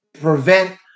prevent